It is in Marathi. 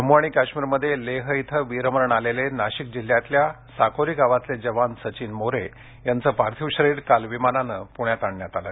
जवान लेह इथं वीरमरण आलेले नाशिक जिल्ह्यातल्या साकोरी गावातले जवान सचिन मोरे यांचं पार्थिव शरीर काल विमानानं पूण्यात आणण्यात आलं